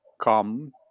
come